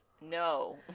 no